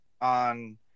on